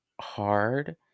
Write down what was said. hard